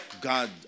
God